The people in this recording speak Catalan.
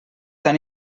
tan